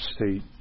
state